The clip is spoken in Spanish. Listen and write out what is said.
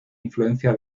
influencia